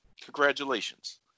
congratulations